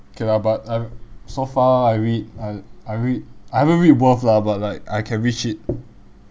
okay lah but I so far I read I I read I haven't read worth lah but like I can reach it